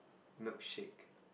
milkshake